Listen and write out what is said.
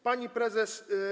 Pani prezes.